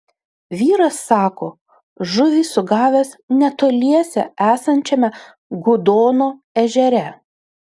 vyras sako žuvį sugavęs netoliese esančiame gudono ežere